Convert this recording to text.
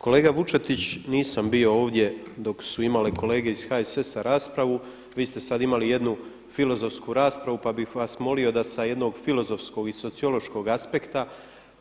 Kolega Vučetić, nisam bio ovdje dok su imale kolege iz HSS-a raspravu, vi ste sada imali jednu filozofsku raspravu pa bih vas molio da sa jednog filozofskog i sociološkog aspekta